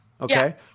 Okay